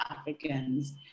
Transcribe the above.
Africans